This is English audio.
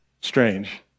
Strange